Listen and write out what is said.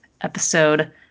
episode